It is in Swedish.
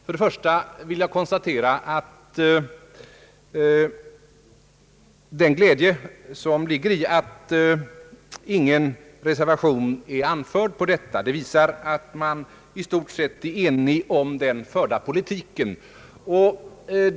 Först och främst vill jag konstatera med glädje att ingen reservation är anförd här, vilket visar att man i stort sett är enig om den förda politiken.